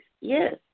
yes